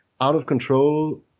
out-of-control